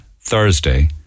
Thursday